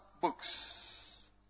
books